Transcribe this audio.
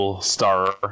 star